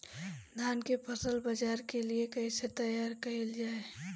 धान के फसल बाजार के लिए कईसे तैयार कइल जाए?